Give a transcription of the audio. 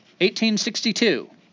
1862